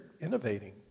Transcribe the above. innovating